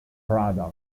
brothers